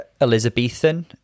Elizabethan